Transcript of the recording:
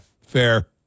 Fair